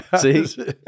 See